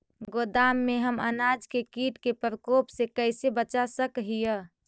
गोदाम में हम अनाज के किट के प्रकोप से कैसे बचा सक हिय?